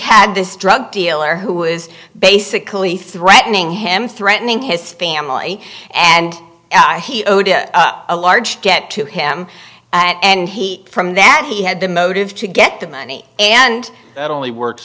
had this drug dealer who was basically threatening him threatening his family and he owed a large get to him and he from that he had the motive to get the money and that only works